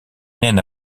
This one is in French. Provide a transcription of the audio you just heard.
naine